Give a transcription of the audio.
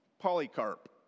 Polycarp